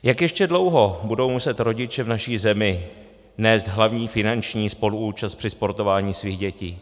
Jak ještě dlouho budou muset rodiče v naší zemi nést hlavní finanční spoluúčast při sportování svých dětí?